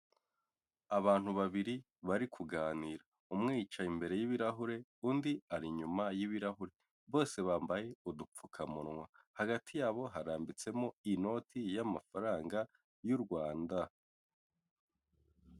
Abantu babiri bari kuganira umwe yicaye imbere y'ibirahure undi ari inyuma y'ibirahure, bose bambaye udupfukamunwa hagati y'abo harambitsemo inoti y'amafaranga y'u rwanda.